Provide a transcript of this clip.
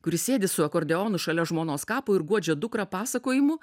kuris sėdi su akordeonu šalia žmonos kapo ir guodžia dukrą pasakojimu